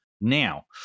now